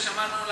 ושמענו,